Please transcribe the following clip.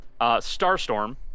Starstorm